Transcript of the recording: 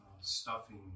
stuffing